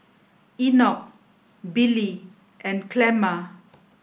Enoch Billy and Clemma